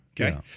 Okay